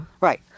Right